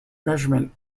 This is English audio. measurement